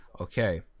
Okay